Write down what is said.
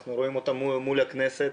ואנחנו רואים אותם מול הכנסת.